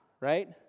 right